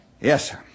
Yes